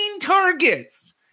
targets